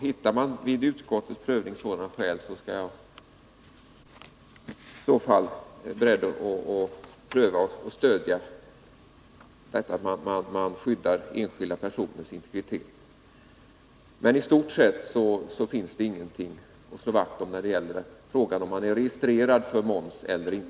Hittar man vid utskottets prövning sådana skäl är jag beredd att stödja skyddet för enskilda Nr 38 personers integritet. Men istort sett finns det ingenting att slå vakt om när det Fredagen den gäller frågan om vem som är registrerad för moms eller inte.